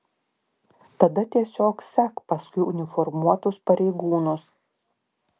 tada tiesiog sek paskui uniformuotus pareigūnus